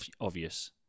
obvious